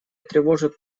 тревожит